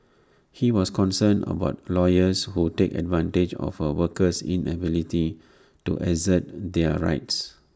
he was concerned about lawyers who take advantage of A worker's inability to assert their rights